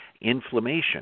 inflammation